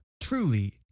Truly